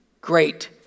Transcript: great